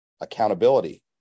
Accountability